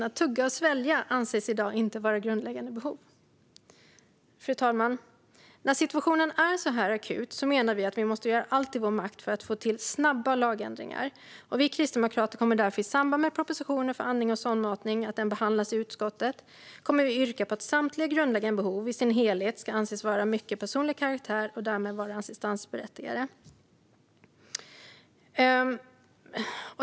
Att tugga och svälja anses i dag inte vara grundläggande behov! Fru talman! När situationen är så här akut menar vi att vi måste göra allt som står i vår makt för att få till snabba lagändringar. Vi kristdemokrater kommer därför i samband med att propositionen om andning och sondmatning behandlas i utskottet att yrka på att samtliga grundläggande behov i sin helhet ska anses vara av mycket personlig karaktär och därmed vara assistansberättigade.